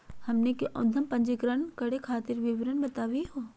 हमनी के उद्यम पंजीकरण करे खातीर विवरण बताही हो?